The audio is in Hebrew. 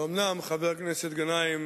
ואומנם חבר הכנסת גנאים